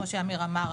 כמו שאמיר אמר,